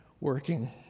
working